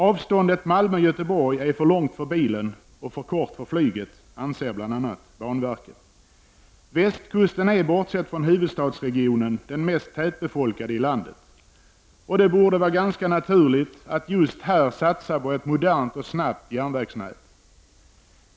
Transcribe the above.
Avståndet Malmö— Göteborg är för långt för bilen och för kort för flyget, anser bl.a. banverket. Västkusten är, bortsett från huvudstadsregionen, den mest tätbefolkade delen av landet. Det borde vara ganska naturligt att just här satsa på ett modernt och snabbt järnvägsnät.